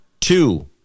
two